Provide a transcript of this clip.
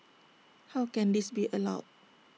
how can this be allowed